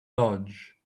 lodge